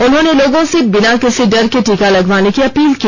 उन्होंने लोगों से बिना किसी डर के टीका लगवाने की अपील की